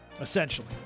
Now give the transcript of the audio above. essentially